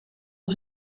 ont